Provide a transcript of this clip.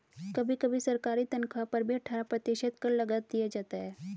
कभी कभी सरकारी तन्ख्वाह पर भी अट्ठारह प्रतिशत कर लगा दिया जाता है